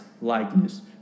likeness